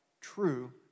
true